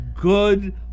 good